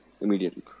immediately